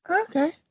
Okay